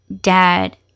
dad